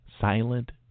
silent